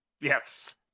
Yes